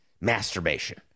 masturbation